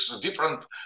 different